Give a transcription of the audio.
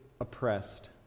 oppressed